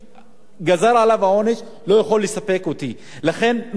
לכן הנושא של החמרה בענישה וקביעת עונש מינימום זה